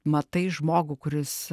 matai žmogų kuris